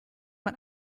man